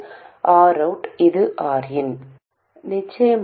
மீண்டும் கணக்கிட மிகவும் எளிதானது எங்களிடம் Rs